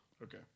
Okay